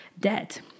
debt